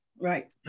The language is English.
Right